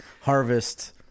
harvest